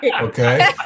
Okay